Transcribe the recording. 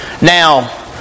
Now